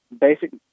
basic